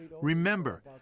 Remember